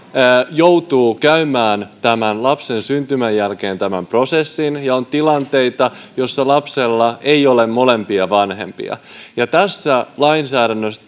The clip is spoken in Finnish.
joutuvat käymään lapsen syntymän jälkeen tämän prosessin ja on tilanteita joissa lapsella ei ole molempia vanhempia tässä lainsäädännössä